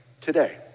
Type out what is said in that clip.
today